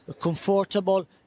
comfortable